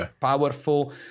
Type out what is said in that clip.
powerful